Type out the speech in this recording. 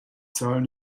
zahlen